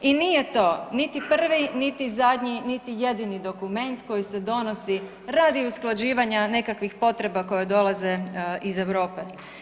I nije to niti prvi, niti zadnji, niti jedini dokument koji se donosi radi usklađivanja nekakvih potreba koje dolaze iz Europe.